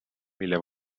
mille